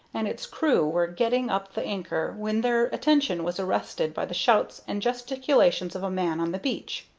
and its crew were getting up the anchor when their attention was arrested by the shouts and gesticulations of a man on the beach.